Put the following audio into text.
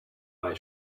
while